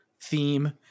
theme